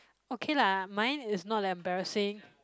okay lah mine is not that embarrassing